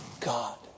God